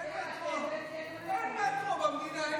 אין מטרו במדינה,